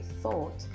thought